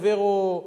העבירו,